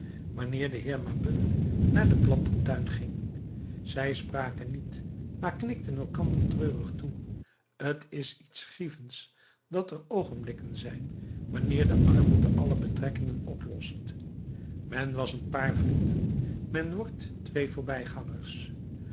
wanneer de heer mabeuf naar den plantentuin ging zij spraken niet maar knikten elkander treurig toe t is iets grievends dat er oogenblikken zijn wanneer de armoede alle betrekkingen oplost men was een paar vrienden men wordt twee voorbijgangers